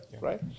right